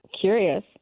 Curious